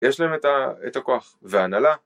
יש להם את הכוח והנהלה.